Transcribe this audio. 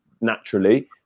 naturally